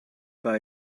buy